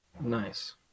Nice